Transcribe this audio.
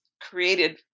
created